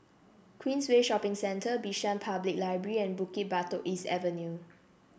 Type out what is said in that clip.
Queensway Shopping Centre Bishan Public Library and Bukit Batok East Avenue